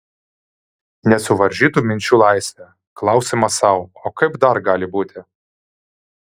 nesuvaržytų minčių laisvė klausimas sau o kaip dar gali būti